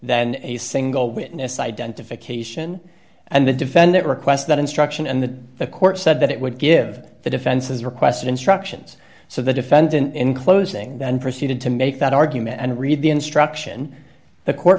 than a single witness identification and the defendant requests that instruction and the the court said that it would give the defense's request instructions so the defendant in closing then proceeded to make that argument and read the instruction the court